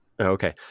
Okay